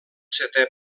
setè